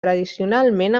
tradicionalment